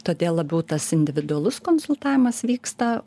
todėl labiau tas individualus konsultavimas vyksta